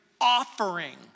offering